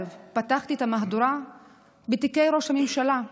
פתחתי את המהדורה בתיקי ראש הממשלה.